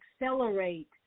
accelerate